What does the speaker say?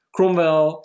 Cromwell